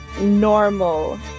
normal